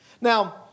Now